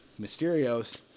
Mysterios